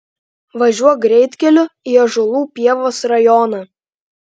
važiuok greitkeliu į ąžuolų pievos rajoną